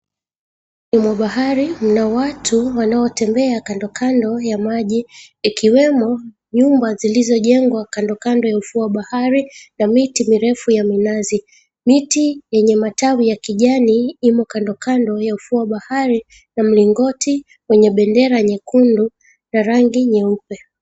Ufuo mwa bahari mna watu wanaotembea kando kando ya maji ikiwemo nyumba zilozojengwa kandokando ya ufuo wa bahari na miti mirefu ya minazi, miti yenye matawi ya kijani imo kandokando ya ufuo wa bahari na mlingoti wenye bendera nyekundu na rangi nyeupe.